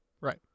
Right